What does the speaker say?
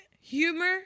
humor